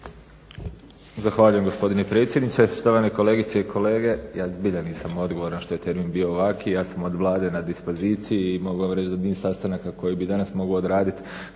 Zahvaljujem gospodine predsjedniče. Štovane kolegice i kolege. Ja zbiljan nisam odgovoran što je termin bio ovakvi, ja sam od Vlade na dispoziciji i mogu vam reći za niz sastanaka koje bi danas mogao odraditi